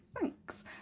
thanks